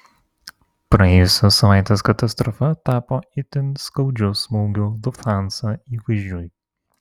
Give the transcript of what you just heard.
praėjusios savaitės katastrofa tapo itin skaudžiu smūgiu lufthansa įvaizdžiui